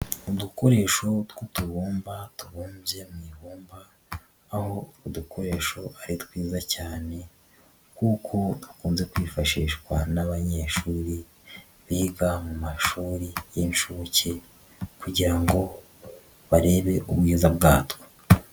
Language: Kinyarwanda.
Udukoresho tw'utubumba tubumbye mu ibumba, aho udukoresho ari twiza cyane kuko dukunze kwifashishwa n'abanyeshuri biga mu mashuri y'inshuke kugira ngo barebe ubwiza bwatwo.